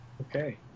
Okay